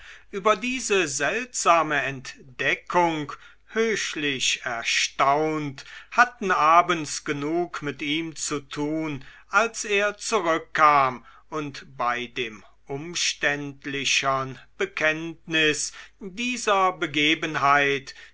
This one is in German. über diese seltsame entdeckung höchlich erstaunt hatten abends genug mit ihm zu tun als er zurückkam und bei dem umständlichern bekenntnis dieser begebenheit